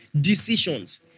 decisions